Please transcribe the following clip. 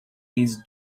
his